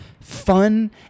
Fun